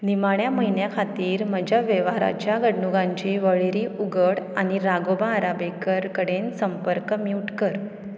निमाण्या म्हयन्या खातीर म्हज्या वेव्हाराच्या घडणुकांची वळेरी उगड आनी रागोबा आराबेकर कडेन संपर्क म्यूट कर